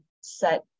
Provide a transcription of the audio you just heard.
set